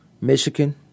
Michigan